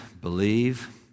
believe